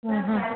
ହଁ ହଁ